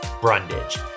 Brundage